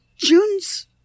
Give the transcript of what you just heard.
June's